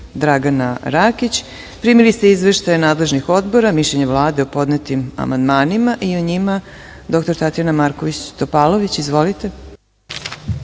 Dragana Rakić. Primili ste izveštaje nadležnih odbora, kao i mišljenje Vlade o podnetim amandmanima. Reč ima dr Tatjana Marković Topalović. Izvolite.